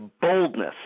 boldness